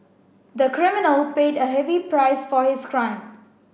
the criminal paid a heavy price for his crime